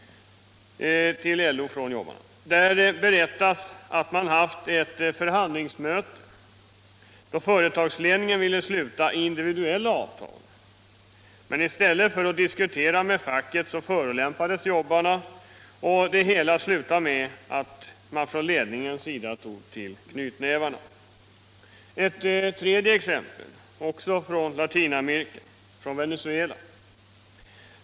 Där berättas att det varit ett förhandlingsmöte då företagsledningen ville sluta individuella avtal. Men i stället för att diskutera med facket förolämpade man jobbarna, och det hela slutade med att man från ledningens sida tog till knytnävarna. Det tredje exemplet är även det från Latinamerika, närmare bestämt från Venezuela.